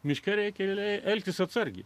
miške reikia realiai elgtis atsargiai